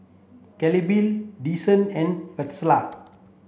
Claribel Desean and Vester